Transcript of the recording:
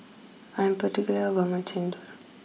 I'm particular about my Chendol